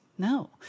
No